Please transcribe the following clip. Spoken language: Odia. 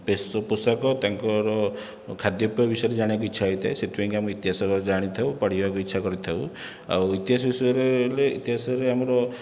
ବେଶପୋଷାକ ତାଙ୍କର ଖାଦ୍ୟପେୟ ବିଷୟରେ ଜାଣିବାକୁ ଇଚ୍ଛା ହୋଇଥାଏ ସେଥିପାଇଁକା ଆମେ ଇତିହାସର ଜାଣିଥାଉ ପଢ଼ିବାକୁ ଇଚ୍ଛା କରିଥାଉ ଆଉ ଇତିହାସ ବିଷୟରେ ହେଲେ ଇତିହାସରେ ଆମର